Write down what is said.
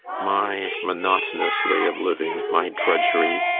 my monotonous way of living, my drudgery,